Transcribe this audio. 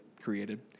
created